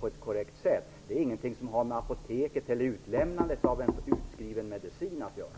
på ett korrekt sätt. Det har ingenting med apoteket eller utlämnandet av en utskriven medicin att göra.